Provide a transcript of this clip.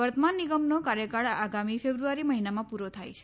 વર્તમાન નિગમનો કાર્યકાળ આગામી ફેબ્રુઆરી મહિનામાં પૂરો થાય છે